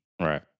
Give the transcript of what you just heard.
Right